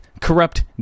corrupt